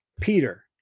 Peter